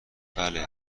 بله